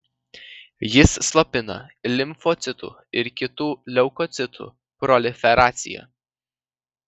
jis slopina limfocitų ir kitų leukocitų proliferaciją